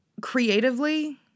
creatively